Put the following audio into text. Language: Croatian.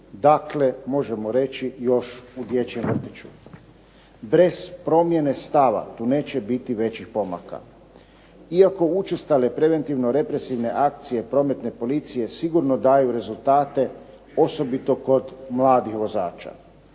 dakle možemo reći još u dječjem vrtiću. Bez promjene stava tu neće biti većih pomaka iako učestale preventivno-represivne akcije Prometne policije sigurno daju rezultate, osobito kod mladih vozača.